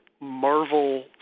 Marvel